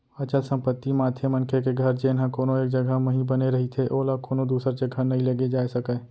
अचल संपत्ति म आथे मनखे के घर जेनहा कोनो एक जघा म ही बने रहिथे ओला कोनो दूसर जघा नइ लेगे जाय सकय